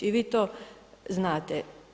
I vi to znate.